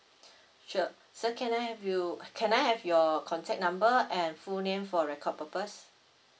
sure sir can I have you can I have your contact number and full name for record purpose